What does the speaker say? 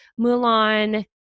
Mulan